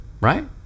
right